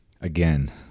Again